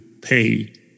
pay